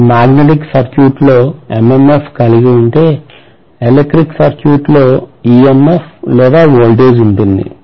నేను మాగ్నెటిక్ సర్క్యూట్లో MMF కలిగి ఉంటే ఎలక్ట్రిక్ సర్క్యూట్లో EMF లేదా వోల్టేజ్ ఉంటుంది